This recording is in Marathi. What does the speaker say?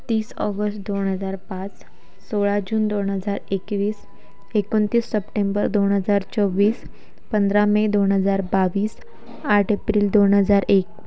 तीस ऑगस दोन हजार पाच सोळा जून दोन हजार एकवीस एकोणतीस सप्टेंबर दोन हजार चोवीस पंधरा मे दोन हजार बावीस आठ एप्रिल दोन हजार एक